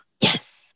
Yes